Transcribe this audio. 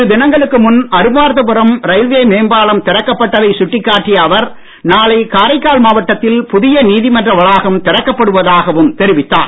இரு தினங்களுக்கு முன் அரும்பார்த்தபுரம் ரயில்வே மேம்பாலம் திறக்கப் பட்டதைச் சுட்டிக் காட்டிய அவர் நாளை காரைக்கால் மாவட்டத்தில் புதிய நீதிமன்ற வளாகம் திறக்கப் படுவதாகவும் தெரிவித்தார்